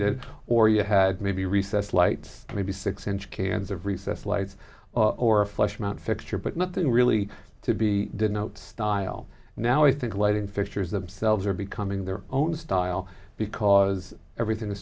did or you had maybe recessed lights maybe six inch cans of recessed lights or a flash mount fixture but nothing really to be didn't style now i think lighting fixtures themselves are becoming their own style because everything